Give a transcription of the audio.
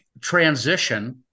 transition